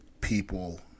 people